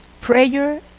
Prayer